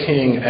King